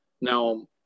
Now